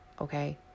Okay